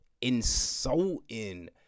insulting